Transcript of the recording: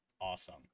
awesome